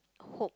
hope